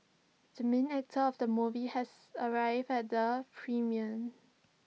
the main actor of the movie has arrived at the premium